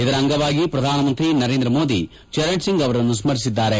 ಈ ಅಂಗವಾಗಿ ಪ್ರಧಾನಮಂತ್ರಿ ನರೇಂದ್ರ ಮೋದಿ ಚರಣ್ಸಿಂಗ್ ಅವರನ್ನು ಸ್ಕ್ರಿಸಿದ್ದಾರೆ